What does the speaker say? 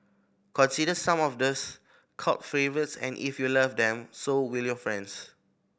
consider some of these cult favourites and if you love them so will your friends